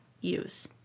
use